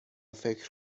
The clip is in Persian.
فکر